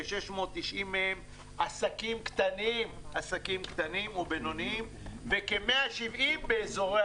כ-690 מהם הם עסקים קטנים ובינוניים וכ-170 באזורי